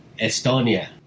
Estonia